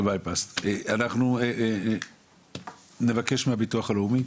אנחנו נבקש מהביטוח הלאומי